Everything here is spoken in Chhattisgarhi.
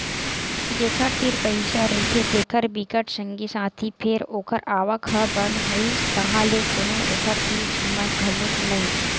जेखर तीर पइसा रहिथे तेखर बिकट संगी साथी फेर ओखर आवक ह बंद होइस ताहले कोनो ओखर तीर झुमय घलोक नइ